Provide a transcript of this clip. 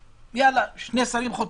יאללה, שני שרים חותמים.